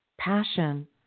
passion